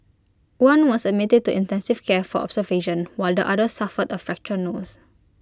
one was admitted to intensive care for observation while the other suffered A fractured nose